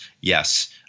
yes